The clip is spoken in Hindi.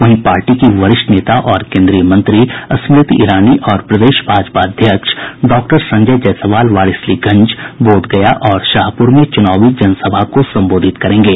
वहीं पार्टी की वरिष्ठ नेता और केन्द्रीय मंत्री स्मृति ईरानी और प्रदेश भाजपा अध्यक्ष डॉक्टर संजय जायसवाल वारिसलीगंज बोधगया और शाहपुर में चुनावी जनसभा को संबोधित करेंगे